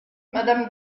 madame